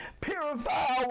Purify